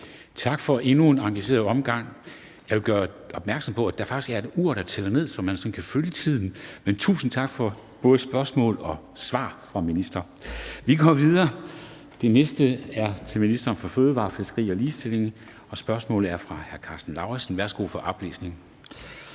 Tak for endnu en engageret omgang. Jeg vil gøre opmærksom på, at der faktisk er et ur, der tæller ned, så man kan følge tiden. Men tusind tak for både spørgsmål og svar fra ministeren. Vi går videre. Det næste spørgsmål er til ministeren for fødevarer, fiskeri og ligestilling, og spørgsmålet er fra hr. Karsten Lauritzen. Kl. 13:27 Spm. nr.